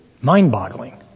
mind-boggling